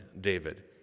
David